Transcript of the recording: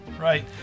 Right